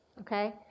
okay